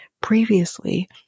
previously